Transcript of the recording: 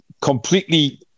completely